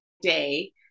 day